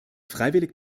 freiwillig